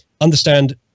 understand